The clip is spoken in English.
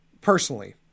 personally